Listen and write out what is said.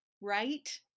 right